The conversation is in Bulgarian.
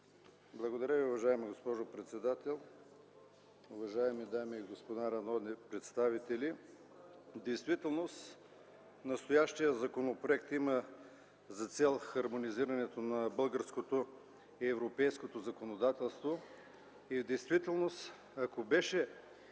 Благодаря, уважаема госпожо председател. Уважаеми дами и господа народни представители! В действителност настоящият законопроект има за цел хармонизирането на българското и европейското законодателство и ако той беше